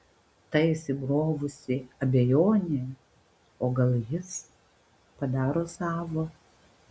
ta įsibrovusi abejonė o gal jis padaro savo